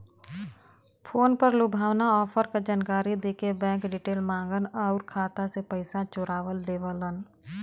phone पर लुभावना offer क जानकारी देके बैंक डिटेल माँगन आउर खाता से पैसा चोरा लेवलन